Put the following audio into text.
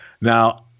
Now